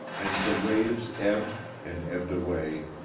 and the waves ebbed and ebbed away,